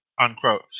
unquote